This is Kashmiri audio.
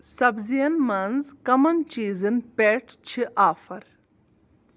سبزِیَن مَنٛز کَمَن چیٖزن پٮ۪ٹھ چھِ آفر